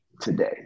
today